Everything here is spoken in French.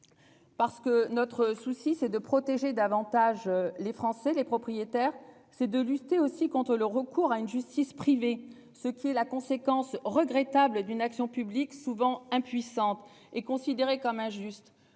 Parce que notre souci c'est de protéger davantage les Français les propriétaires c'est de lutter aussi contre le recours à une justice privée ce qui est la conséquence regrettable d'une action publique souvent impuissante est considéré comme injuste.